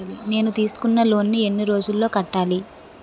నేను తీసుకున్న లోన్ నీ ఎన్ని రోజుల్లో కట్టాలి?